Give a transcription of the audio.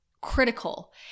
critical